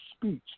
speech